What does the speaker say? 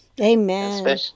Amen